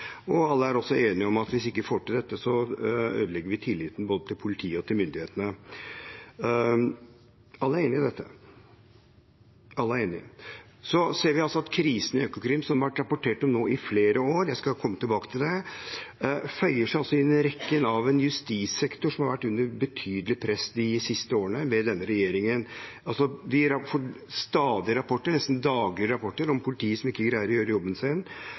og alle er også enige om at hvis vi ikke får til dette, ødelegger vi tilliten både til politiet og til myndighetene. Alle er enig i dette. Vi ser at krisen i Økokrim, som har vært rapportert om i flere år nå – jeg skal komme tilbake til det – føyer seg inn i rekken av eksempler fra en justissektor som har vært under betydelig press de siste årene med denne regjeringen. Vi får stadig rapporter, nesten daglige rapporter, om politiet som ikke greier å gjøre jobben